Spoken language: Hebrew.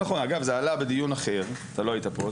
אגב, זה עלה בדיון אחר, אתה לא היית פה.